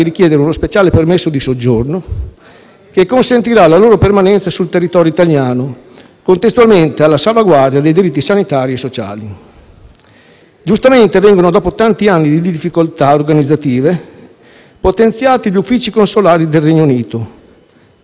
che consentirà la loro permanenza sul territorio italiano, contestualmente alla salvaguardia dei diritti sanitari e sociali. Giustamente vengono, dopo tanti anni di difficoltà organizzative, potenziati gli uffici consolari del Regno Unito, vista la mole di lavoro che li impegna ogni giorno.